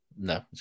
No